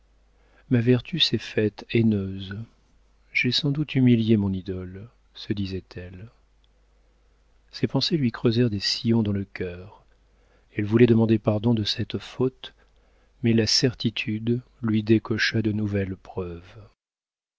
ma vertu s'est faite haineuse j'ai sans doute humilié mon idole se disait-elle ces pensées lui creusèrent des sillons dans le cœur elle voulait demander pardon de cette faute mais la certitude lui décocha de nouvelles preuves